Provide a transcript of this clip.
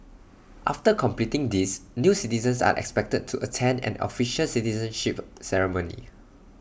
after completing these new citizens are expected to attend an official citizenship ceremony